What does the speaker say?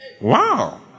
Wow